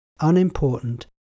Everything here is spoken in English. unimportant